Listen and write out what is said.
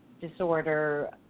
disorder